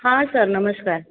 हां सर नमस्कार